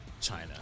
China